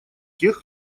тех